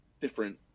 different